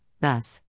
thus